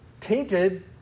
tainted